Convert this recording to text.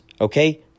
Okay